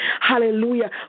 hallelujah